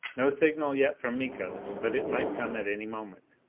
no signal yet from miko. but it might come at any moment.